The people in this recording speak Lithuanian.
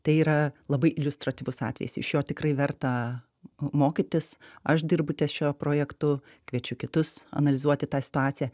tai yra labai iliustratyvus atvejis iš jo tikrai verta mokytis aš dirbu ties šiuo projektu kviečiu kitus analizuoti tą situaciją